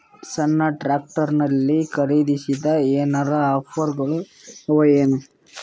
ಸಣ್ಣ ಟ್ರ್ಯಾಕ್ಟರ್ನಲ್ಲಿನ ಖರದಿಸಿದರ ಏನರ ಆಫರ್ ಗಳು ಅವಾಯೇನು?